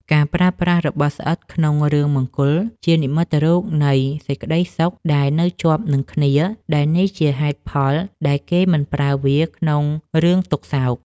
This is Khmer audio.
ការប្រើប្រាស់របស់ស្អិតក្នុងរឿងមង្គលជានិមិត្តរូបនៃសេចក្តីសុខដែលនៅជាប់នឹងគ្នាដែលនេះជាហេតុផលដែលគេមិនប្រើវាក្នុងរឿងទុក្ខសោក។